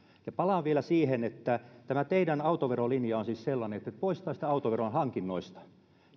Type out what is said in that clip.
ja palaan vielä siihen että tämä teidän autoverolinjanne on siis sellainen että te poistaisitte autoveron hankinnoista